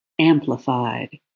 amplified